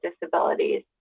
disabilities